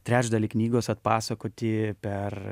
trečdalį knygos atpasakoti per